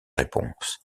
réponse